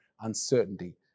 uncertainty